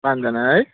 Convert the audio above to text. पाँचजना है